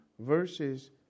verses